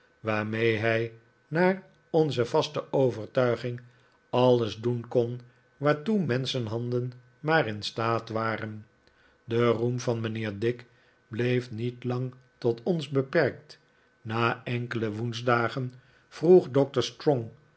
waarmee hij naar onze vaste overtuiging alles doen kon waartoe menschenhanden maar in staat zijn de roem van mijnheer dick bleef niet lang tot ons beperkt na enkele woensdagen vroeg